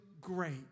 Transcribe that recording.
great